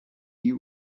you